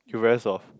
you very soft